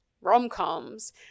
rom-coms